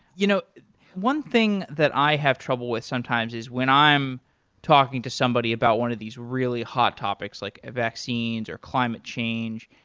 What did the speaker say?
you know one thing that i have trouble with sometimes is when i am talking to somebody about one of these really hot topics, like vaccines or climate change,